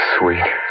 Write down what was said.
Sweet